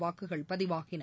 வாக்குகள் பதிவாயின